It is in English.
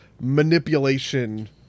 manipulation-